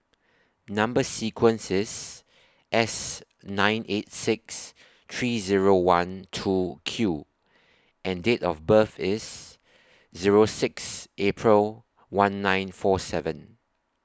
Number sequence IS S nine eight six three Zero one two Q and Date of birth IS Zero six April one nine four seven